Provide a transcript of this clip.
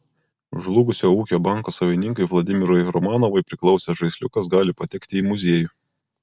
žlugusio ūkio banko savininkui vladimirui romanovui priklausęs žaisliukas gali patekti į muziejų